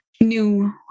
new